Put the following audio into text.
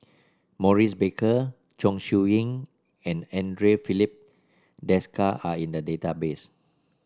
Maurice Baker Chong Siew Ying and Andre Filipe Desker are in the database